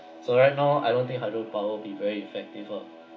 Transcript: so right now I don't think hydro power be very effective ah